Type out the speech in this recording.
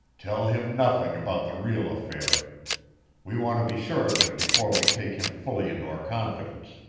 tell him nothing about the real affair we want to be sure of him before we take him fully into our confidence.